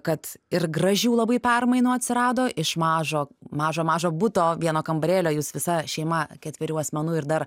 kad ir gražių labai permainų atsirado iš mažo mažo mažo buto vieno kambarėlio jūs visa šeima ketverių asmenų ir dar